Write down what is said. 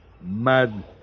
mad